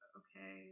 okay